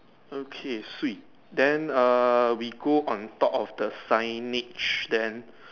okay swee then err we go on top of the signage then